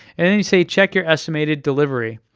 and then you say check your estimated delivery.